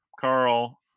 Carl